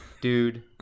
Dude